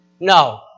No